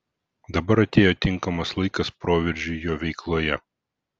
dabar atėjo tinkamas laikas proveržiui jo veikloje